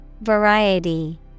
Variety